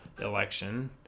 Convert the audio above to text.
election